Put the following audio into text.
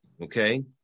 Okay